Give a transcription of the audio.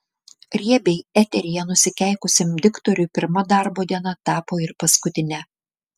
riebiai eteryje nusikeikusiam diktoriui pirma darbo diena tapo ir paskutine